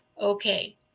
okay